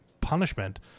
punishment